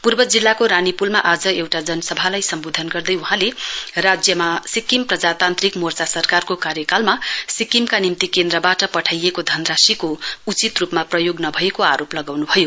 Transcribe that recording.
पूर्व जिल्लाको रानीपूलमा आज एउटा जनसभालाई सम्बोधन गर्दै वहाँले राज्यमा सिक्किम प्रजातान्त्रिक मोर्चा सरकारको कार्यकालमा सिक्किमका निम्ति केन्द्रबाट पठाइएको धनराशिको उचित रूपले प्रयोग नभएको आरोप लगाउन्भयो